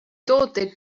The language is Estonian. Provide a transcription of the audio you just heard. tooteid